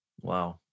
Wow